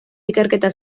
ikerketa